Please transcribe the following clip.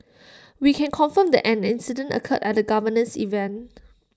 we can confirm that an incident occurred at the governor's event